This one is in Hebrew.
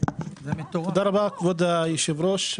תודה רבה, כבוד היושב-ראש.